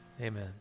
amen